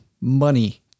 money